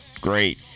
great